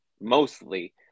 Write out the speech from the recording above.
mostly